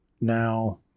now